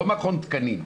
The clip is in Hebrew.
לא מכון תקנים.